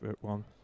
one